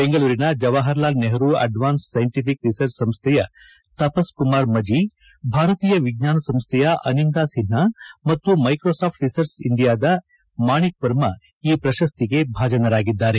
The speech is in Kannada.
ಬೆಂಗಳೂರಿನ Jawaharlal Nehru advanced scientific research ಸಂಸ್ದೆಯ ತಪಸ್ ಕುಮಾರ್ ಮಜಿ ಭಾರತೀಯ ವಿಜ್ಞಾನ ಸಂಸ್ದೆಯ ಅನಿಂದಾ ಸಿನ್ಹಾ ಮತ್ತು ಮೈಕ್ರೋಸಾಫ್ ರಿಸರ್ಚ್ ಇಂಡಿಯಾದ ಮಾಣಿಕ್ ವರ್ಮಾ ಅವರು ಈ ಪ್ರಶಸಿಗೆ ಭಾಜನರಾಗಿದ್ದಾರೆ